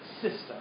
system